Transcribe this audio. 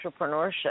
entrepreneurship